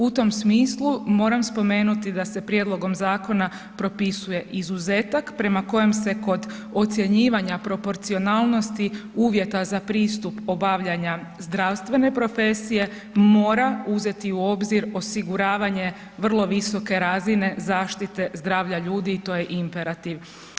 U tom smislu moram spomenuti da se prijedlogom zakona propisuje izuzetak prema kojem se kod ocjenjivanja proporcionalnosti uvjeta za pristup obavljanja zdravstvene profesije mora uzeti u obzir osiguravanje vrlo visoke razine zaštite zdravlja ljudi i to je imperativ.